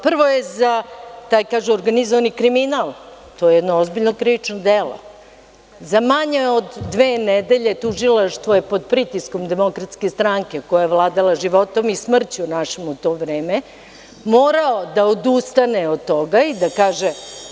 Prvo je za taj, kaže organizovani kriminal, to je jedno ozbiljno krivično delo, za manje dve nedelje tužilaštvo je pod pritiskom DS koja je vladala životom i smrću našom u to vreme, morala da odustane od toga i da kaže.